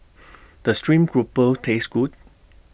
Does Stream Grouper Taste Good